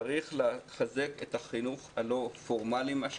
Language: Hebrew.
צריך לחזק את החינוך הלא פורמלי, מה שקוראים,